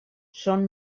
són